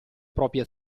proprie